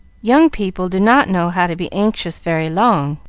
young people do not know how to be anxious very long,